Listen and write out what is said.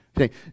Okay